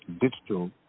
digital